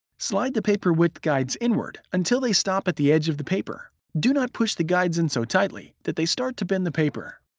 slide the paper width guides inward until they stop at the edge of the paper. do not push the guides in so tightly that they start to bend the paper.